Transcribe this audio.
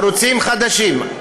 ערוצים חדשים.